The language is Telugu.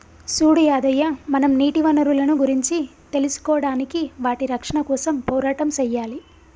సూడు యాదయ్య మనం నీటి వనరులను గురించి తెలుసుకోడానికి వాటి రక్షణ కోసం పోరాటం సెయ్యాలి